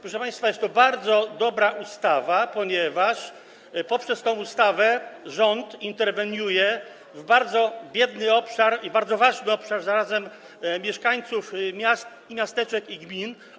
Proszę państwa, jest to bardzo dobra ustawa, ponieważ poprzez tę ustawę rząd interweniuje w bardzo biedny obszar i zarazem bardzo ważny obszar, chodzi o mieszkańców miast, miasteczek i gmin.